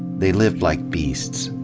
they lived like beasts.